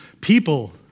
people